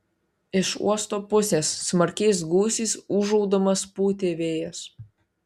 iš uosto pusės smarkiais gūsiais ūžaudamas pūtė vėjas